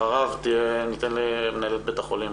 אחריו מנהלת בית החולים.